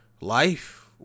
life